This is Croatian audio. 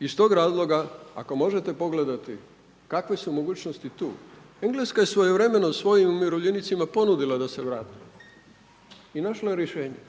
Iz tog razloga ako možete pogledati kakve su mogućnosti tu. Engleska je svojevremeno svojim umirovljenicima ponudila da se vrate i našla rješenje.